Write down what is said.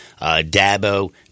Dabo